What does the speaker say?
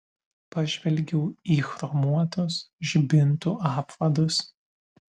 pažvelgiau į chromuotus žibintų apvadus